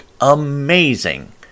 amazing